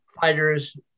fighters